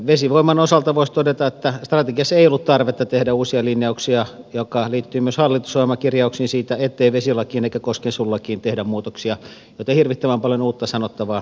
vesivoiman osalta voisi todeta että strategiassa ei ollut tarvetta tehdä uusia linjauksia mikä liittyy myös hallitusohjelmakirjauksiin siitä ettei vesilakiin eikä koskiensuojelulakiin tehdä muutoksia joten hirvittävän paljon uutta sanottavaa ei ollut